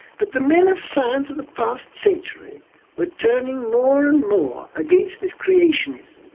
but the men of science in the past century were turning more and more against this creationism.